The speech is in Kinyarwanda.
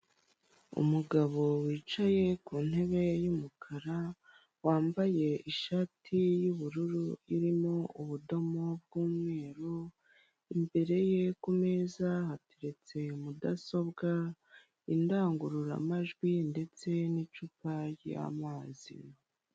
Umugabo wicaye ku ntebe y'umukara wambaye ishati y'ubururu irimo ubudomo bw'umweru, imbere ye ku meza hateretse mudasobwa, indangururamajwi ndetse n'icupa ry'amazi.